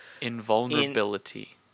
Invulnerability